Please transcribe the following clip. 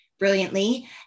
brilliantly